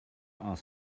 are